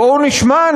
בואו נשמע,